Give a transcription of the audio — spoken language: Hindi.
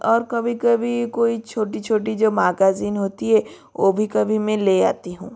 और कभी कभी कोइ छोटी छोटी जो मागाज़ीन होती है वो भी कभी मैं ले आती हूँ